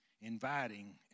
inviting